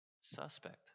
suspect